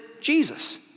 Jesus